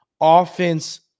offense